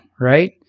right